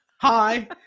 Hi